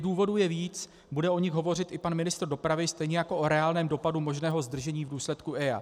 Důvodů je víc, bude o nich hovořit i pan ministr dopravy, stejně jako o reálném dopadu možného zdržení v důsledku EIA.